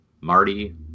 Marty